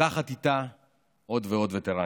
לוקחת איתה עוד ועוד וטרנים,